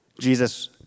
Jesus –